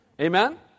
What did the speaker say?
Amen